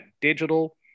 digital